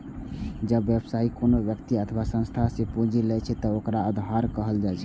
जब व्यवसायी कोनो व्यक्ति अथवा संस्था सं पूंजी लै छै, ते ओकरा उधार कहल जाइ छै